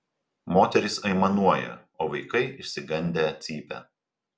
moterys aimanuoja o vaikai išsigandę cypia